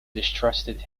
distrusted